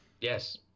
yes